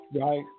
Right